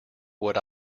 what